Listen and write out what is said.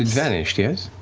vanished, yes?